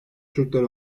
türkler